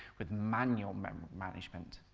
with manual memory management.